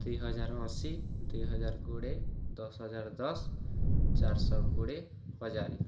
ଦୁଇ ହଜାର ଅଶି ଦୁଇ ହଜାର କୋଡ଼ିଏ ଦଶ ହଜାର ଦଶ ଚାରି ଶହ କୋଡ଼ିଏ ହଜାର